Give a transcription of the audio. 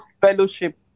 fellowship